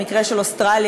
במקרה של אוסטרליה,